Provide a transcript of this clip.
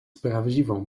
prawdziwą